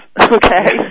Okay